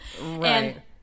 right